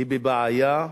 היא בבעיה.